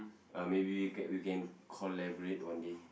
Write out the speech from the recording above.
uh maybe we can you can collaborate one day